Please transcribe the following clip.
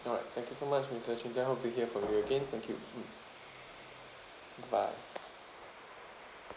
alright thank you so much mister qing jian hope to hear from you again thank you mm bye bye